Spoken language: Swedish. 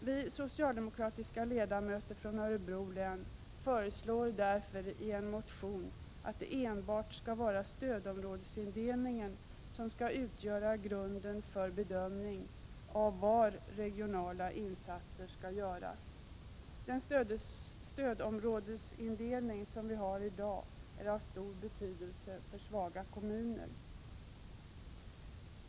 Vi socialdemokratiska riksdagsledamöter från Örebro län föreslår därför i en motion att enbart stödområdesindelningen skall utgöra grund för bedömningen av var regionala insatser skall göras. Den stödområdesindelning som vi har i dag är av stor betydelse för svaga kommuner.